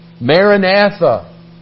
Maranatha